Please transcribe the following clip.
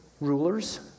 rulers